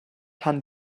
tan